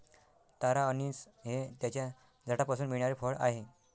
तारा अंनिस हे त्याच्या झाडापासून मिळणारे फळ आहे